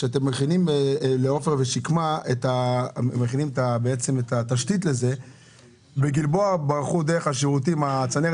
כשאתם מכינים לעופר ושקמה את התשתית - בגלבוע ברחו דרך הצנרת